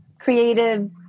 creative